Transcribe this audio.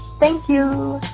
thank you